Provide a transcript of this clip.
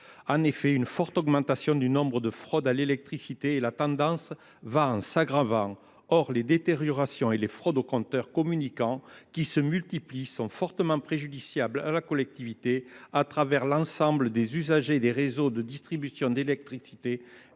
En effet, une forte augmentation du nombre de fraudes à l'électricité et la tendance va en s'aggravant. Or, les détériorations et les fraudes au compteur communiquants qui se multiplient sont fortement préjudiciables à la collectivité à travers l'ensemble des usagers des réseaux de distribution d'électricité